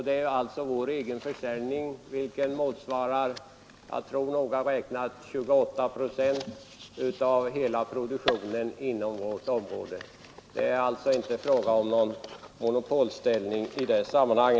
Det är alltså vår egen försäljning vilken motsvarar jag tror noga räknat 28 procent av hela produktionen inom vårt område. Det är alltså inte fråga om någon monopolställning.